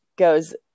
goes